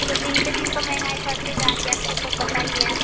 तो दिन पर दिन तो महंगाई बढ़ते जा रही है आपको तो पता ही है